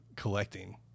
Collecting